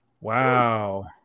Wow